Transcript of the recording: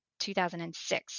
2006